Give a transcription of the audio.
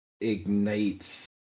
ignites